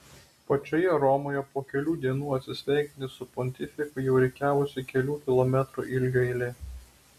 pačioje romoje po kelių dienų atsisveikinti su pontifiku jau rikiavosi kelių kilometrų ilgio eilė